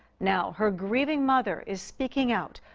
now, her grieving mother is speaking out,